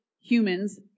Humans